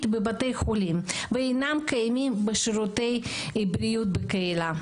בבתי חולים ואינם קיימים בשירותי בריאות בקהילה.